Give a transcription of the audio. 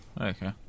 Okay